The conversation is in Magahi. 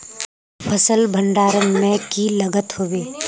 फसल भण्डारण में की लगत होबे?